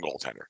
goaltender